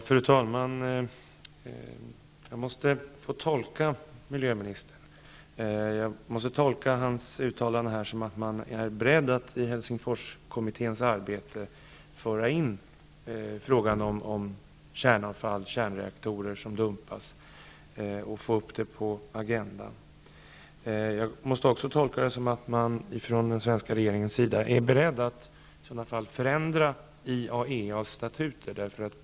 Fru talman! Jag måste få tolka miljöministerns uttalande som att man är beredd att på Helsingforskommitténs agenda föra upp frågan om kärnavfall och kärnreaktorer som dumpas. Jag måste också tolka detta som att den svenska regeringen är beredd att i sådana fall förändra IAEA:s statuter.